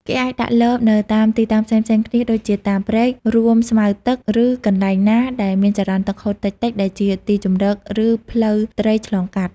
គេអាចដាក់លបនៅតាមទីតាំងផ្សេងៗគ្នាដូចជាតាមព្រែក រួមស្មៅទឹក ឬកន្លែងណាដែលមានចរន្តទឹកហូរតិចៗដែលជាទីជម្រកឬផ្លូវត្រីឆ្លងកាត់។